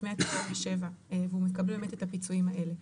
197 והוא מקבל באמת את הפיצויים האלה.